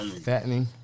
Fattening